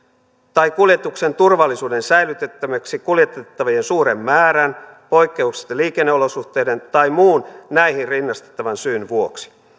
tai kuljetuksen turvallisuuden säilyttämiseksi kuljetettavien suuren määrän poikkeuksellisten liikenneolosuhteiden tai muun näihin rinnastettavan syyn vuoksi